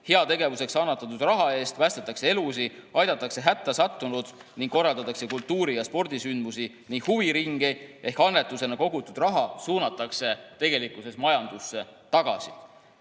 Heategevuseks annetatud raha eest päästetakse elusid, aidatakse hätta sattunuid ning korraldatakse kultuuri- ja spordisündmusi ning huviringe. Ehk annetustena kogutud raha suunatakse tegelikkuses majandusse tagasi.